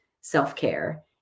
self-care